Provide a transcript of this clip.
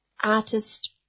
artist